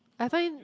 I find him